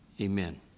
Amen